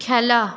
খেলা